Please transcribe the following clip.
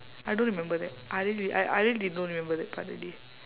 I don't remember that I really I I really don't remember that part already